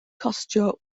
costio